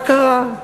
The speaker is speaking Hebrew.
מה קרה?